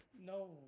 No